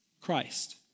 Christ